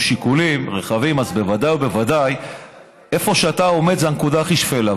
שיקולים רחבים אז בוודאי ובוודאי איפה שאתה עומד זאת הנקודה הכי שפלה,